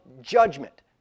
judgment